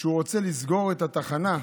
שהוא רוצה לסגור את התחנה,